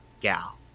Gal